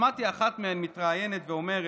שמעתי אחת מהן מתראיינת ואומרת: